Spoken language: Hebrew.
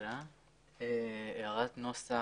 הערת נוסח.